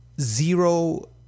zero